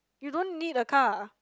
you don't need a car